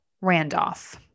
randolph